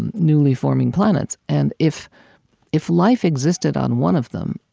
and newly forming planets. and if if life existed on one of them,